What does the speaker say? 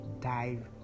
dive